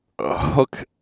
hook